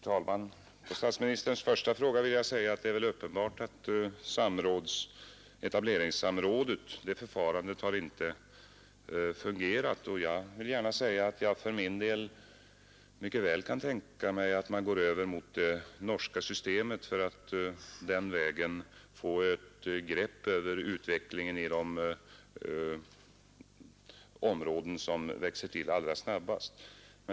Herr talman! Vad beträffar statsministerns första fråga vill jag säga att det väl är uppenbart att förfarandet med etableringssamråd inte har fungerat. Jag vill gärna säga att jag för min del mycket väl kan tänka mig att man går över till det norska systemet för att få ett grepp om utvecklingen i de områden som växer till allra snabbast.